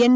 N